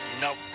Nope